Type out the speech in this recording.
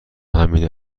همین